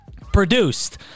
produced